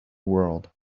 world